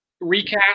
recast